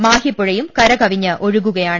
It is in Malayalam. മാഹിപ്പുഴയും കരകവിഞ്ഞ് ഒഴുകുകയാണ്